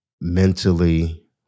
Mentally